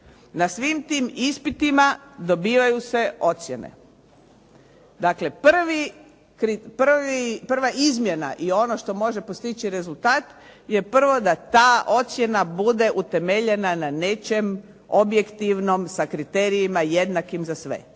Na svim tim ispitima dobivaju se ocjene. Dakle, prva izmjena i ono što može postići rezultat je prvo da ta ocjena bude utemeljena na nečem objektivnom sa kriterijima jednakim za sve.